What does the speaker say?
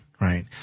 right